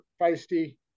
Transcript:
feisty